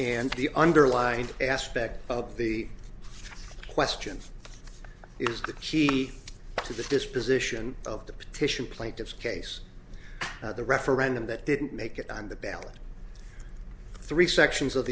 and the underlying aspect of the question is the key to the disposition of the petition plaintiff's case the referendum that didn't make it on the ballot three sections of